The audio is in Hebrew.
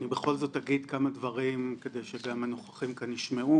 אני בכל זאת אגיד כמה דברים כדי שגם הנוכחים כאן ישמעו.